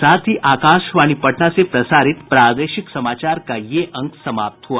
इसके साथ ही आकाशवाणी पटना से प्रसारित प्रादेशिक समाचार का ये अंक समाप्त हुआ